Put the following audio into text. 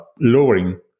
lowering